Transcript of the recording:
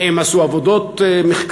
הם עשו עבודות מחקר,